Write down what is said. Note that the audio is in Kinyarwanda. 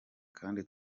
kandi